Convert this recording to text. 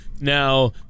Now